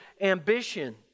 ambition